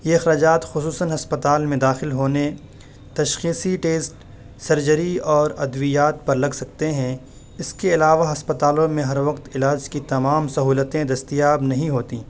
یہ اخراجات خصوصاً ہسپتال میں داخل ہونے تشخیصی ٹیسٹ سرجری اور ادویات پر لگ سکتے ہیں اس کے علاوہ ہسپتالوں میں ہر وقت علاج کی تمام سہولتیں دستیاب نہیں ہوتیں